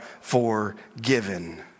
forgiven